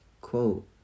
quote